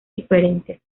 diferentes